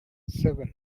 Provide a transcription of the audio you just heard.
seven